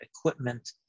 equipment